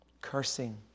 Cursing